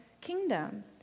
kingdom